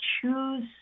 choose